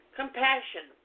compassion